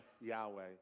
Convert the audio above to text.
Yahweh